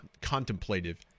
contemplative